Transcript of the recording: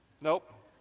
Nope